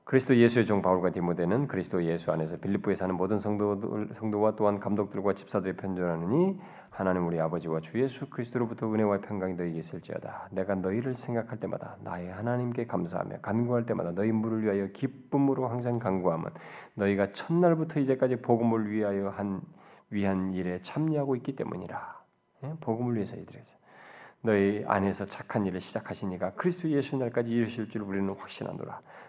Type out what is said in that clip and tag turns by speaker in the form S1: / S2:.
S1: 그리스도 예수의 종 바울과 디모데는 그리스도 예수 안에서 빌리포에 사는 모든 성도들, 성도와 또한 감독들과 집사들의 편지를 하느니 하나님 우리 아버지와 주 예수 그리스도로부터 은혜와 평강이 너희에게 있을지어다. 내가 너희를 생각할 때마다 나의 하나님께 감사하며 간구할 때마다 너희 물을 위하여 기쁨으로 항상 간구함은 너희가 첫날부터 이제까지 복음을 위하여 한- 위한 일에 참여하고 있기 때문이라. 예? 복음을 위해서 이들에게서. 너희 안에서 착한 일을 시작하신 이가 그리스도 예수의 날까지 이르실 줄을 우리는 확신하노라.